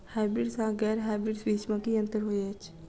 Hybrids आ गैर hybrids बीज म की अंतर होइ अछि?